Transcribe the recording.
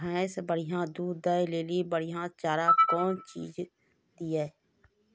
भैंस बढ़िया दूध दऽ ले ली बढ़िया चार कौन चीज दिए?